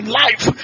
life